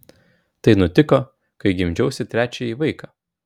tai nutiko kai gimdžiausi trečiąjį vaiką